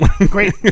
Great